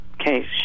Okay